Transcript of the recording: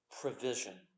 provision